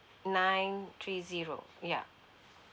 nine three zero yup